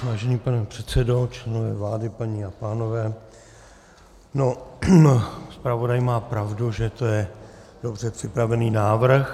Vážený pane předsedo, členové vlády, paní a pánové, zpravodaj má pravdu, že to je dobře připravený návrh.